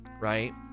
right